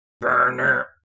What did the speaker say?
Burner